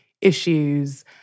issues